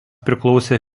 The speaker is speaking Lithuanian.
priklausė